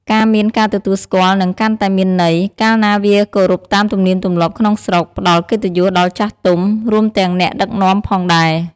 ការមានការទទួលស្គាល់នឹងកាន់តែមានន័យ កាលណាវាគោរពតាមទំនៀមទម្លាប់ក្នុងស្រុក ផ្ដល់កិត្តិយសដល់ចាស់ទុំ រួមទាំងអ្នកដឹកនាំផងដែរ។